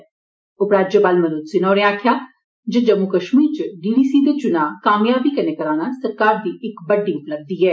उपराज्यपाल मनोज सिन्हा होरें आक्खेआ ऐ जे जम्मू कश्मीर च डी डी सी दे चुना कामयाबी कन्नै कराना सरकार दी इक बड्डी उपलब्धि ऐ